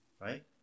Right